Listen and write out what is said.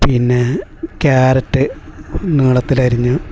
പിന്നെ ക്യാരറ്റ് നീളത്തിൽ അരിഞ്ഞു